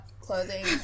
clothing